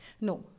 No